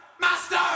Master